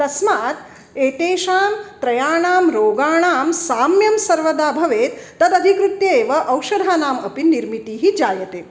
तस्मात् एतेषां त्रयाणां रोगाणां साम्यं सर्वदा भवेत् तदधिकृत्य एव औषधानाम् अपि निर्मितिः जायते